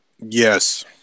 Yes